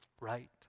right